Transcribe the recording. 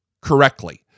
correctly